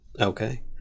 okay